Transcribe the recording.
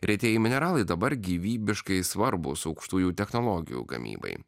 retieji mineralai dabar gyvybiškai svarbūs aukštųjų technologijų gamybai